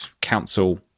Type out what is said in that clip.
council